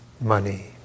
money